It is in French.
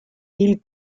ils